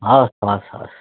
हवस् हवस् हवस्